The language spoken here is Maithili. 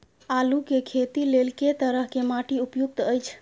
आलू के खेती लेल के तरह के माटी उपयुक्त अछि?